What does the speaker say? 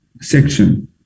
section